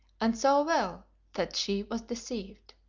and so well that she was deceived.